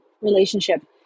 relationship